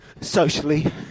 socially